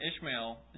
Ishmael